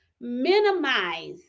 minimize